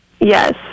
Yes